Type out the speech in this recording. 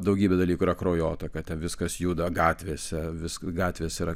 daugybė dalykų yra kraujotaka ten viskas juda gatvėse viska gatvės yra